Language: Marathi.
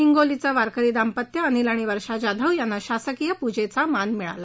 हिंगोलीचं वारकरी दाम्पत्य अनिल आणि वर्षा जाधव यांना शासकीय पूजधी मान मिळाला